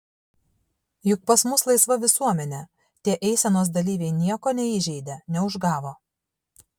juk pas mus laisva visuomenė tie eisenos dalyviai nieko neįžeidė neužgavo